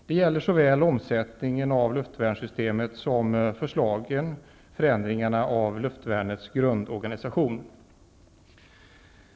Detta gäller såväl omsättningen av luftvärnssystemet som föreslagen förändring av luftvärnets grundorganisation.